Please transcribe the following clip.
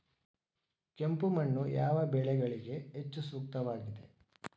ಕೆಂಪು ಮಣ್ಣು ಯಾವ ಬೆಳೆಗಳಿಗೆ ಹೆಚ್ಚು ಸೂಕ್ತವಾಗಿದೆ?